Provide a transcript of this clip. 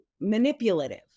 manipulative